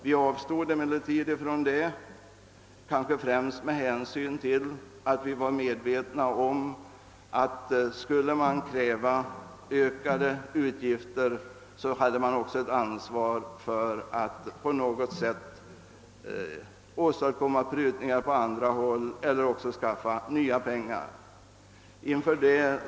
Vi avstod emellertid från det kanske främst med hänsyn till att vi var medvetna om att man, om man skulle kräva ökade utgifter, också hade ett ansvar för att på något sätt åstadkomma prutningar på andra håll eller också anvisa vägar att skaffa nya pengar.